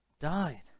Died